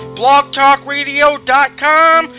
blogtalkradio.com